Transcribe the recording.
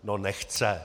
No nechce!